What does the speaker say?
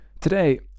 Today